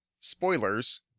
spoilers